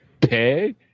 pay